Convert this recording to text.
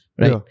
Right